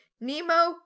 Nemo